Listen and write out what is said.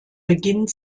beginnt